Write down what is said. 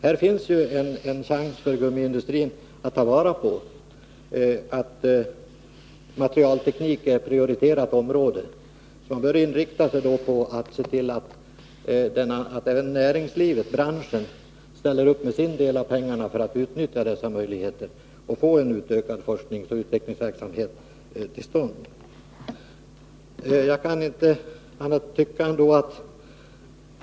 Här finns en chans för gummiindustrin att ta vara på, i och med att materialteknik är ett prioriterat område. Gummiindustrin bör då inrikta sig på att se till att även branschen ställer upp med sin del av pengarna för att utnyttja dessa möjligheter att få till stånd en utökad forskningsoch utvecklingsverksamhet.